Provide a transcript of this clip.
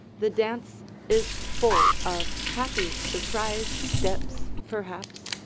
the dance is full of happy surprise steps, perhaps,